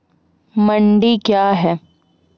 मंडी क्या हैं?